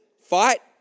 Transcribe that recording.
Fight